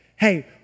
Hey